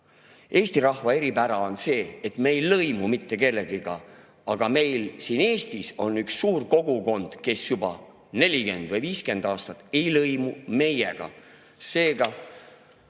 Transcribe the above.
Eesti rahva eripära on see, et me ei lõimu mitte kellegagi. Ja meil siin Eestis on üks suur kogukond, kes juba 40 või 50 aastat ei ole lõimunud meiega.